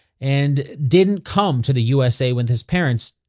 and didn't come to the u s a. with his parents,